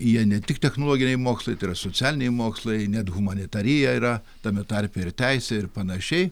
jie ne tik technologiniai mokslai tai yra socialiniai mokslai net humanitarija yra tame tarpe ir teisė ir panašiai